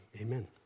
amen